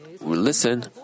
listen